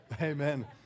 Amen